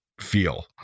feel